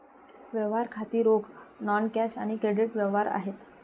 व्यवहार खाती रोख, नॉन कॅश आणि क्रेडिट व्यवहार आहेत